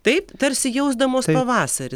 taip tarsi jausdamos pavasarį